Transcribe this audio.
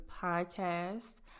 podcast